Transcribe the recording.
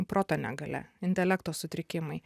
proto negalia intelekto sutrikimai